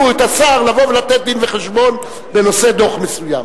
את השר לבוא ולתת דין-וחשבון בנושא דוח מסוים.